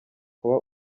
kuba